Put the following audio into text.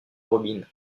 robin